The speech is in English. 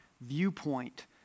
viewpoint